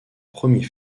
premier